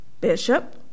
bishop